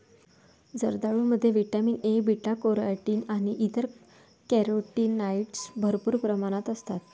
जर्दाळूमध्ये vitamin A, beta carotene आणि इतर कॅरोटीनॉइड्स भरपूर प्रमाणात असतात